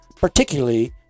particularly